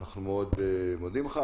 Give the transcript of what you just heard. אנחנו מאוד מודים לך,